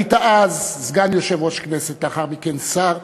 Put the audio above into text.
היית אז סגן יושב-ראש הכנסת, לאחר מכן שר.